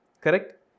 correct